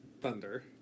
thunder